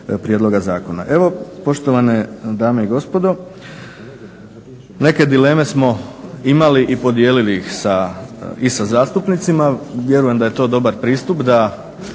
prijedloga zakona. Evo poštovane dame i gospodo, neke dileme smo imali i podijelili ih i sa zastupnicima, vjerujem da je to dobar pristup i